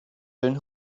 doing